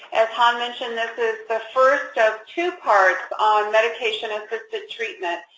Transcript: as hanh mentioned, this is the first of two parts on medication-assisted treatment.